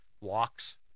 walks